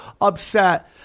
upset